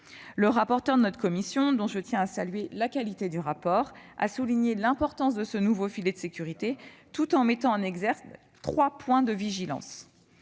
Le rapporteur de notre commission, dont je tiens à saluer la qualité du travail, a souligné l'importance de ce nouveau filet de sécurité, tout en mettant en exergue trois points de vigilance.